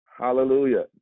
Hallelujah